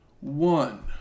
One